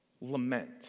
lament